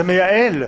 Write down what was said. זה מייעל.